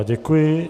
Děkuji.